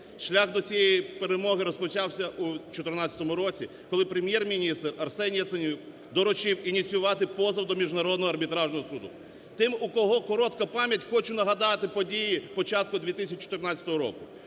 Шлях до цієї перемоги розпочався у 2014 році, коли Прем'єр-міністр Арсеній Яценюк доручив ініціювати позов до Міжнародного арбітражного суду. Тим, у кого коротка пам'ять, хочу нагадати події початку 2014 року.